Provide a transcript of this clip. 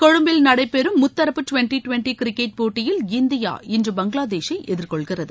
கொழும்பில் நடைபெறும் முத்தரப்பு டுவன்டி டுவன்டி கிரிக்கெட் போட்டியில் இந்தியா இன்று பங்களாதேஷை எதிர்கொள்கிறது